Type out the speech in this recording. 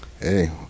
Hey